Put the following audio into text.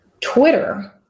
Twitter